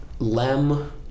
Lem